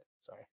Sorry